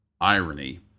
irony